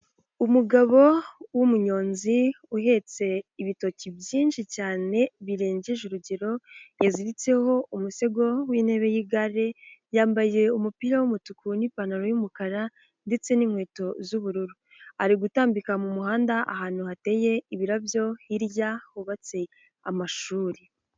Umugabo w'umuyonzi uhetse ibitoki byinshi cyane birengeje urugero, yaziritseho umusego w'intebe y'igare, yambaye umupira w'umutuku n'ipantaro y'umukara ndetse n'inkweto z'ubururu. Ari gutambika mu muhanda, ahantu hateye ibirabyo hirya hubatse amashuri.